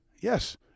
Yes